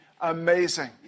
amazing